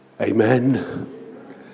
Amen